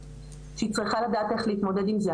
שהיא צריכה לדעת איך להתמודד עם זה.